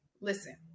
listen